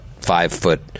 five-foot